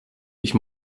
ich